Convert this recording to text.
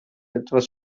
etwas